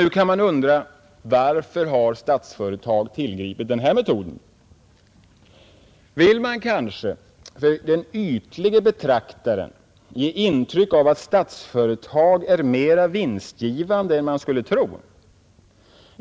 Nu kan man undra: Varför har Statsföretag tillgripit denna metod? Vill man kanske ge den ytlige betraktaren intryck av att Statsföretag är mera vinstgivande än man skulle tro?